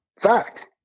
Fact